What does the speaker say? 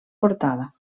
portada